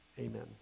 amen